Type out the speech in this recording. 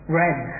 red